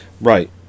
Right